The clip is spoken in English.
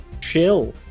...chill